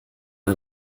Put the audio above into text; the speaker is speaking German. ein